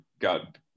got